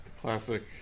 Classic